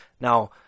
Now